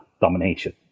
domination